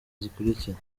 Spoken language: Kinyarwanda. zikurikira